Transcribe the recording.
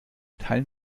teilen